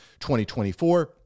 2024